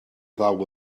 ddaw